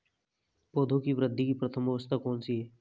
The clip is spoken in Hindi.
पौधों की वृद्धि की प्रथम अवस्था कौन सी है?